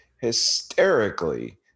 hysterically